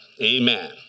Amen